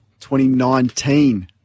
2019